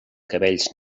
cabells